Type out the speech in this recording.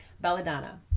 Belladonna